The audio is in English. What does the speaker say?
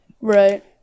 right